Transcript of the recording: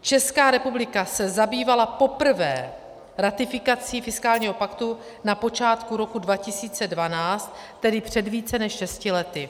Česká republika se zabývala poprvé ratifikací fiskálního paktu na počátku roku 2012, tedy před více než šesti lety.